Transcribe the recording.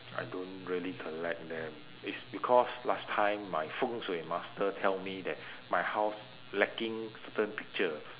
I don't really collect them it's because last time my feng shui master tell me that my house lacking certain picture